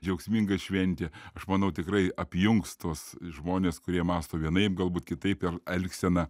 džiaugsminga šventė aš manau tikrai apjungs tuos žmones kurie mąsto vienaip galbūt kitaip ir elgsena